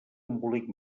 embolic